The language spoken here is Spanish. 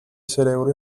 cerebro